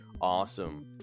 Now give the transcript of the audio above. awesome